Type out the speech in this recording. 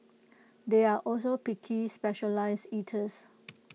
they are also picky specialised eaters